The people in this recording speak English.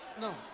No